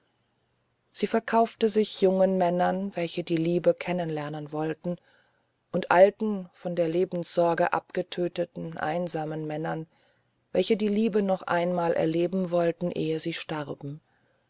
sie verkaufte sich jungen männern welche die liebe kennen lernen wollten und alten von der lebenssorge abgetöteten einsamen männern welche die liebe noch einmal erleben wollten ehe sie starben